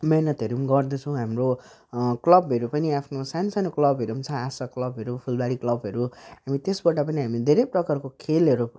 मिहिनेतहरू पनि गर्दछौँ हाम्रो क्लबहरू पनि आफ्नो सानसानो क्लबहरू पनि छ आशा क्लबहरू फुलबारी क्लबहरू हामी त्यसबाट पनि हामीले धेरै प्रकारको खेलहरू